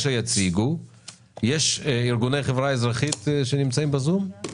יש ארגוני חברה אזרחית שנמצאים ב-זום?